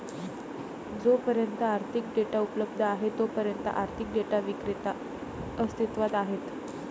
जोपर्यंत आर्थिक डेटा उपलब्ध आहे तोपर्यंत आर्थिक डेटा विक्रेते अस्तित्वात आहेत